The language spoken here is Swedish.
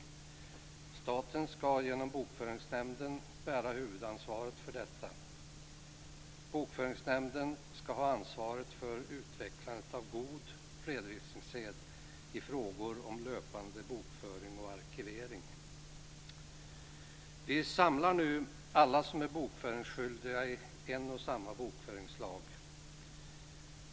Staten ska genom Bokföringsnämnden bära huvudansvaret för detta. Bokföringsnämnden ska ha ansvaret för utvecklandet av god redovisningssed i frågor om löpande bokföring och arkivering. Vi samlar nu alla som är bokföringsskyldiga i en och samma bokföringslag.